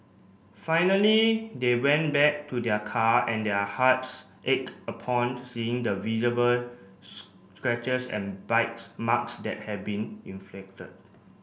finally they went back to their car and their hearts ached upon seeing the visible scratches and bites marks that had been inflicted